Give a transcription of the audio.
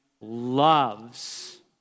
loves